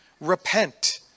Repent